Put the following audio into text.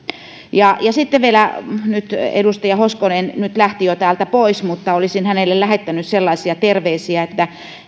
ja sitten vielä edustaja hoskonen nyt lähti jo täältä pois olisin hänelle lähettänyt sellaisia terveisiä että